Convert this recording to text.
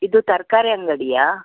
ಇದು ತರಕಾರಿ ಅಂಗಡಿಯಾ